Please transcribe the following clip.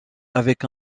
avec